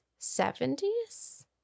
70s